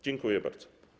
Dziękuję bardzo.